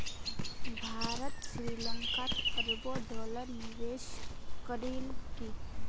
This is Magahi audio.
भारत श्री लंकात अरबों डॉलरेर निवेश करील की